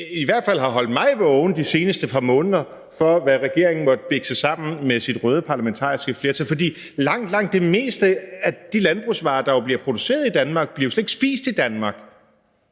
i hvert fald holdt mig vågen de seneste par måneder, men den letter, for langt, langt de fleste af de landbrugsvarer, der bliver produceret i Danmark, bliver jo slet ikke spist i Danmark.